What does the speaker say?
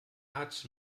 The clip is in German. hat